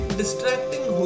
distracting